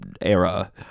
era